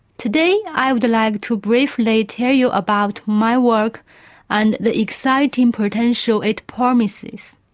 today i'd like to briefly tell you about my work and the exciting potential it promises.